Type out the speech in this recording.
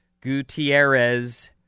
Gutierrez